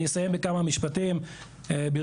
אני אסיים בכמה משפטים, ברשותך.